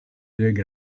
dig